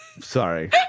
sorry